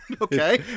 Okay